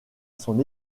son